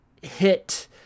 hit